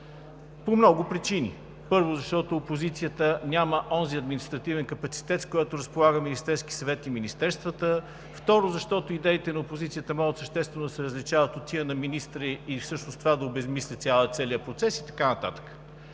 по много причини. Първо, защото опозицията няма онзи административен капацитет, с който разполага Министерският съвет и министерствата. Второ, защото идеите на опозицията могат съществено да се различават от тези на министри и всъщност това да обезсмисли целия процес, и така нататък.